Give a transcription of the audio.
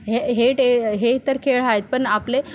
हे हे टे हे तर खेळ आहेत पण आपले